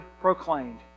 proclaimed